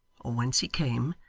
or whence he came,